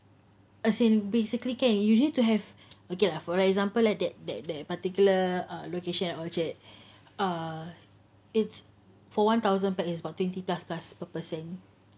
as in basically kan you need to have okay ah for example like that that that particular location at orchard err it's for one thousand person is about twenty plus plus per person